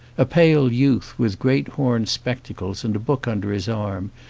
a pale youth with great horn spec tacles and a book under his arm,